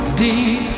deep